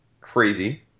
Crazy